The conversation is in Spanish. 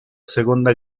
segunda